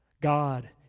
God